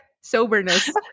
soberness